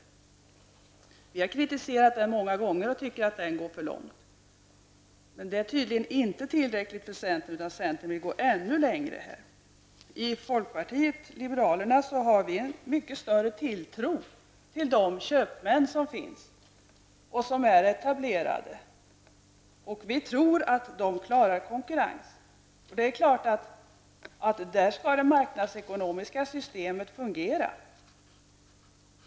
Vi har kritiserat den många gånger och tycker att den går för långt, men det är tydligen inte tillräckligt för centern. Centern vill gå ännu längre. I folkpartiet liberalerna har vi en mycket större tilltro till de köpmän som finns och som är etablerade. Vi tror att de klarar konkurrensen. Där skall det marknadsekonomiska systemet naturligtvis fungera.